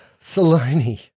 Saloni